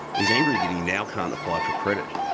he's angry that he now can't apply for credit.